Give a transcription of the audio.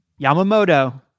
Yamamoto